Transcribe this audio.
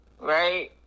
right